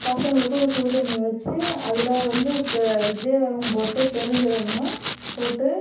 பசங்களுக்கும் சுடுதண்ணி வச்சு அதில் வந்து பெ சீரகம் போட்டு பெருஞ்சீரகமும் போட்டு கொடுப்போம்